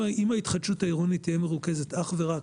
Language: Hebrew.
אם ההתחדשות העירונית תהיה מרוכזת אך ורק